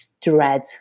dread